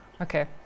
Okay